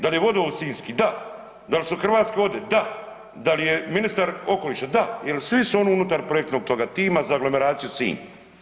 Da li je vodovod Sinjski, da, da li su Hrvatske vode, da, da li je ministar okoliša, da, jer svi su oni unutar projektnoga toga tima za aglomeraciju Sinj.